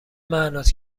معناست